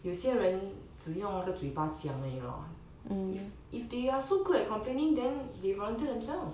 有些人只用哪个嘴巴讲而已 lor if if they are so good at complaining then they volunteer themselves